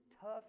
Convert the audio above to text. tough